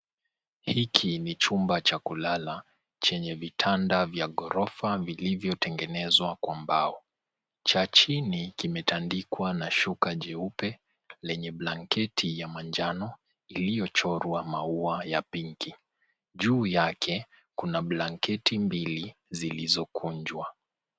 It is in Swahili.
Hiki ni chumba cha kulala chenye vitanda vya ghorofa vilivyotengenezwa kwa mbao. Cha chini kimetandikwa na shuka jeupe lenye blanketi ya manjano iliyochorwa maua ya pink . Juu yake, kuna blanketi mbili zilizokunjwa.